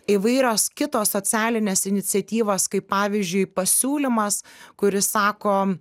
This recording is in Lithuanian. įvairios kitos socialinės iniciatyvos kaip pavyzdžiui pasiūlymas kuris sako